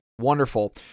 Wonderful